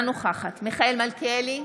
אינה נוכחת מיכאל מלכיאלי,